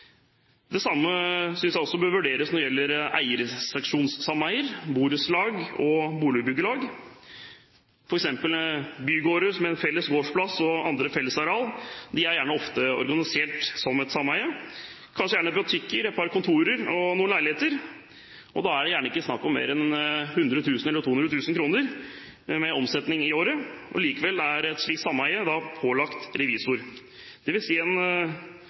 Det samme synes jeg også bør vurderes når det gjelder eierseksjonssameier, borettslag og boligbyggelag. Bygårder med felles gårdsplass og andre fellesarealer er ofte organisert som et sameie. Kanskje er det butikker, et par kontorer og noen leiligheter. Da er det gjerne ikke snakk om mer enn 100 000 kr eller 200 000 kr i omsetning i året. Likevel er et slikt sameie pålagt å ha revisor.